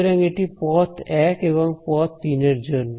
সুতরাং এটি পথ 1 এবং পথ তিনের জন্য